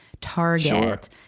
Target